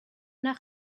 nach